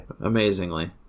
amazingly